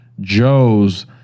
Joe's